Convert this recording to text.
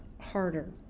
harder